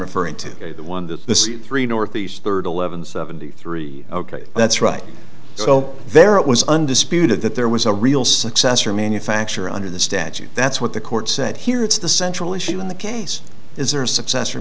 referring to the one that the c three ne third eleven seventy three ok that's right so there it was undisputed that there was a real successor manufacture under the statute that's what the court said here it's the central issue in the case is there a successor